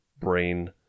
brain